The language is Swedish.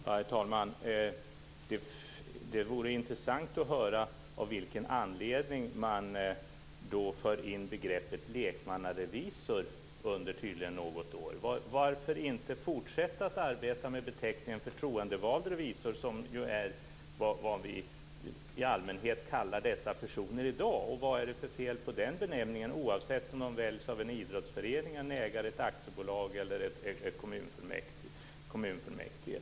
Herr talman! Det vore intressant att höra av vilken anledning man för in begreppet lekmannarevisor under något år. Varför inte fortsätta att arbeta med beteckningen förtroendevald revisor, som ju är vad vi i allmänhet kallar dessa personer i dag? Vad är det för fel på den benämningen, oavsett om de väljs av en idrottsförening, ett aktiebolag eller en kommunfullmäktige?